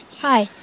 Hi